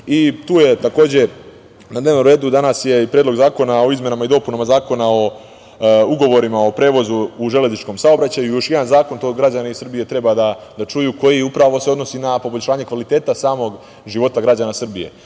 je takođe na dnevnom redu i Predlog zakona o izmenama i dopunama Zakona o ugovorima o prevozu u železničkom saobraćaju. Još jedan zakon, to građani Srbije treba da čuju, koji upravo se odnosi na poboljšanje kvaliteta samog života građana Srbije. Dakle,